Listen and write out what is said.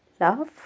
love